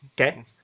Okay